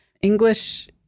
English